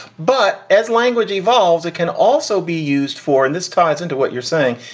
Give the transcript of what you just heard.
but as language evolves, it can also be used for. and this ties into what you're saying.